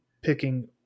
picking